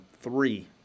three